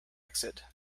exit